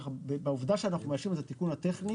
בעובדה שאנחנו מאשרים את התיקון הטכני,